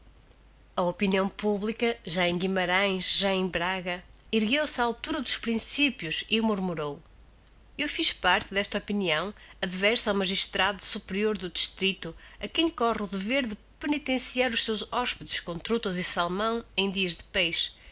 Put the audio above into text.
a opinião publica já em guimarães já em braga ergueu-se á altura dos principios e murmurou eu fiz parte d'esta opinião adversa ao magistrado superior do districto a quem corre o dever de penitenciar os seus hospedes com trutas e salmão